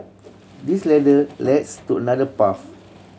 this ladder leads to another path